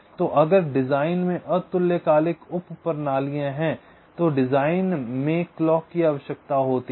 तो अगर डिजाइन में अतुल्यकालिक उप प्रणालियां हैं तो डिजाइन में क्लॉक की आवश्यकता होती है